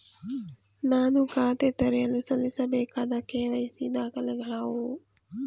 ನಾನು ಖಾತೆ ತೆರೆಯಲು ಸಲ್ಲಿಸಬೇಕಾದ ಕೆ.ವೈ.ಸಿ ದಾಖಲೆಗಳಾವವು?